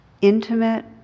intimate